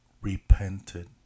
repented